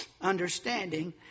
understanding